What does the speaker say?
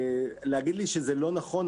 להגיד לי שזה לא נכון,